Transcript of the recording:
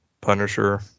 Punisher